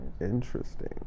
Interesting